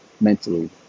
mentally